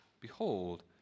Behold